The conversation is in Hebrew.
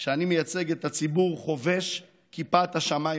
שאני מייצג את הציבור חובש כיפת השמיים.